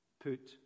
put